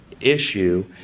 issue